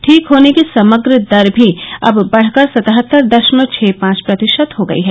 ठीक होने की समग्र दर भी अब बढ़कर सतहत्तर दशमलव छह पांच प्रतिशत हो गई है